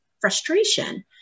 frustration